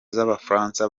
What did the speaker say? z’abafaransa